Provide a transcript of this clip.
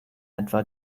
etwa